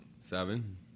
Seven